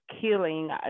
killing